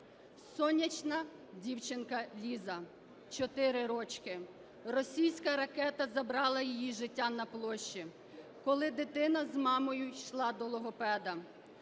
Сонячна дівчинка Ліза, 4 рочки, російська ракета забрала її життя на площі, коли дитина з мамою йшла до логопеда.